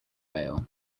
veil